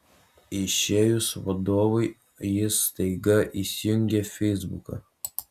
išėjus vadovui jis staiga įsijungia feisbuką